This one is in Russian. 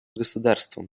государством